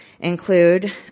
include